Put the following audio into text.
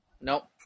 Nope